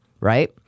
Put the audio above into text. right